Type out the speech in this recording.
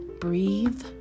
breathe